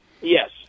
Yes